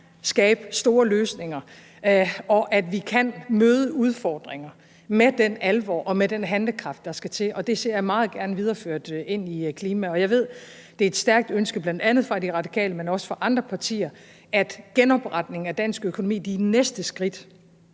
skabe store løsninger, og at vi kan møde udfordringen med den alvor og med den handlekraft, der skal til, og det ser jeg meget gerne videreført ind på klimaområdet. Jeg ved, det er et stærkt ønske, bl.a. fra De Radikale, men også fra andre partier, at genopretningen af dansk økonomi, de næste skridt,